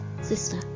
Sister